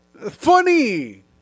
Funny